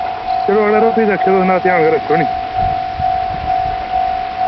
चलो ध्यान गै रक्खेओ नि